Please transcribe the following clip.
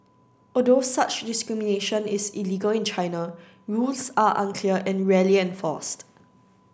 although such discrimination is illegal in China rules are unclear and rarely enforced